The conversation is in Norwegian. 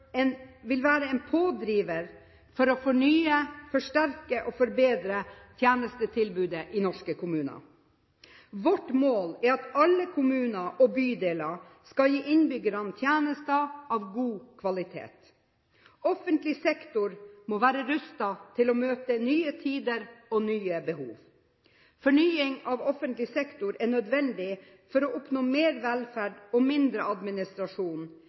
en pådriver for å fornye, forsterke og forbedre tjenestetilbudet i norske kommuner. Vårt mål er at alle kommuner og bydeler skal gi innbyggerne tjenester av god kvalitet. Offentlig sektor må være rustet til å møte nye tider og nye behov. Fornying av offentlig sektor er nødvendig for å oppnå mer velferd og mindre administrasjon,